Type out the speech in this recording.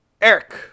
eric